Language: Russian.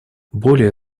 более